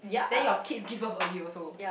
then your kids give birth early also